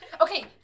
Okay